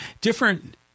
different